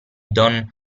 don